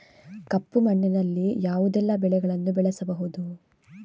ಕಪ್ಪು ಮಣ್ಣಿನಲ್ಲಿ ಯಾವುದೆಲ್ಲ ಬೆಳೆಗಳನ್ನು ಬೆಳೆಸಬಹುದು?